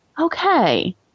okay